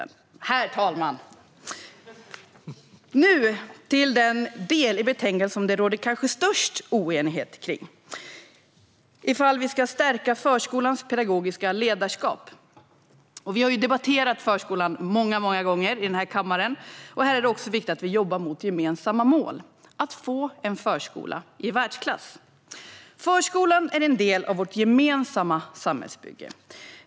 Nu kommer jag till den del i betänkandet som det kanske råder störst oenighet kring. Det handlar om huruvida vi ska stärka förskolans pedagogiska ledarskap. Vi har debatterat förskolan många gånger här i kammaren. Här är det också viktigt att vi jobbar mot ett gemensamt mål: att få en förskola i världsklass. Förskolan är en del av vårt gemensamma samhällsbygge.